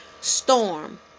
storm